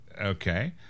Okay